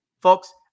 folks